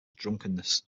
drunkenness